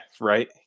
right